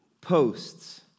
Posts